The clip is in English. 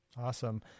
Awesome